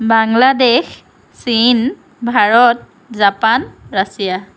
বাংলাদেশ চীন Bharat Japan Russia